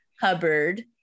hubbard